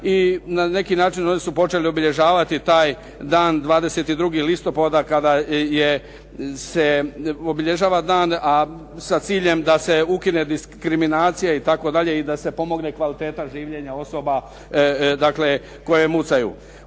i na neki način oni su počeli obilježavati taj dan 22. listopada kada se obilježava dan, a sa ciljem da se ukine diskriminacija itd. i da se pomogne kvaliteta življenja osoba koje mucaju.